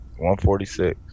146